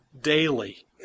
daily